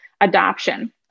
adoption